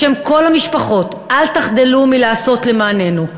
בשם כל המשפחות: אל תחדלו מלעשות למעננו,